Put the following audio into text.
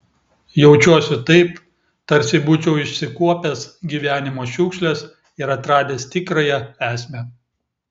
jaučiuosi taip tarsi būčiau išsikuopęs gyvenimo šiukšles ir atradęs tikrąją esmę